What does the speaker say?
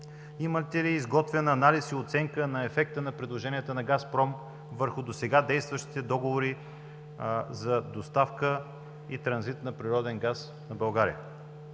имате ли изготвен анализ и оценка на ефекта на предложенията на „Газпром“ върху досега действащите договори за доставка и транзит на природен газ за България?